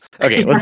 Okay